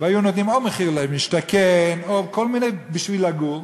והיו נותנים או מחיר למשתכן או כל מיני דברים בשביל לגור,